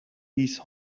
these